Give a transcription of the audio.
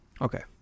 Okay